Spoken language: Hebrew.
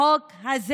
החוק הזה,